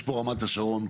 יש פה רמת השרון,